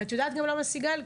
את יודעת למה, סיגל?